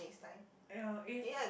ya